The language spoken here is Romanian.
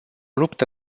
luptă